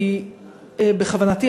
כי בכוונתי,